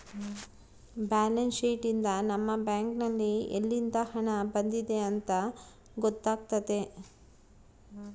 balance sheet ಯಿಂದ ನಮ್ಮ bank ನಲ್ಲಿ ಯಲ್ಲಿಂದ ಹಣ ಬಂದಿದೆ ಅಂತ ಗೊತ್ತಾತತೆ